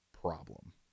problem